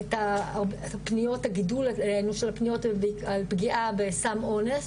את הגידול של פניות עם סם אונס,